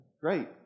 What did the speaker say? great